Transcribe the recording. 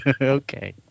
okay